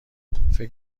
فکر